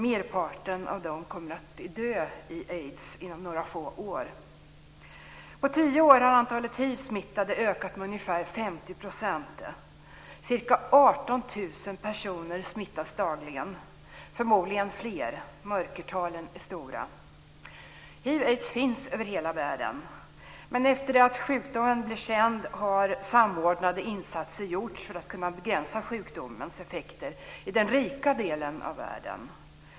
Merparten av dem kommer att dö i aids inom några få år. På tio år har antalet hivsmittade ökat med ungefär 50 %. Ca 18 000 personer smittas dagligen, förmodligen fler. Mörkertalen är stora. Hiv/aids finns över hela världen. Men efter det att sjukdomen blev känd har samordnade insatser gjorts för att kunna begränsa sjukdomens effekter i den rika delen av världen.